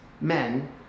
men